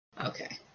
Okay